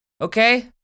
Okay